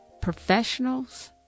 professionals